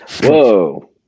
Whoa